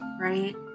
right